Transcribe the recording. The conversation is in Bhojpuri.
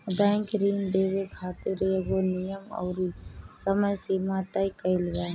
बैंक ऋण देवे खातिर एगो नियम अउरी समय सीमा तय कईले बा